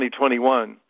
2021